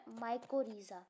mycorrhiza